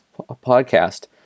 podcast